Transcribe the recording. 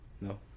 No